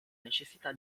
necessità